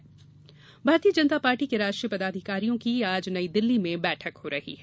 भाजपा बैठक भारतीय जनता पार्टी के राष्ट्रीय पदाधिकारियों की आज नई दिल्ली में बैठक हो रही है